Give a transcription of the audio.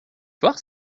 fort